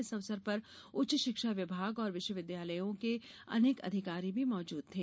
इस अवसर पर उच्च शिक्षा विभाग और विश्वविद्यालयों के अनेक अधिकारी भी मौजूद थे